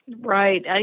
Right